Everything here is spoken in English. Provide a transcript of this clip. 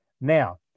Now